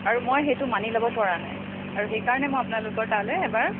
আৰু মই সেইটো মানি ল'ব পৰা নাই আৰু সেইকাৰণে মই আপোনালোকৰ তালৈ এবাৰ